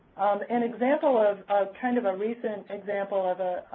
an example of of kind of a recent example of a